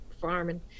Farming